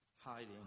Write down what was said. hiding